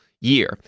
year